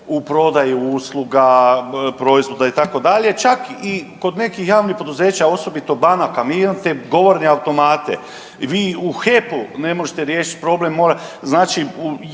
u prodaji usluga, proizvoda, itd., čak i kod nekih javnih poduzeća, osobito banaka, vi imate govorne automate, vi u HEP-u ne možete riješiti problem,